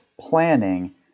planning